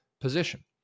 position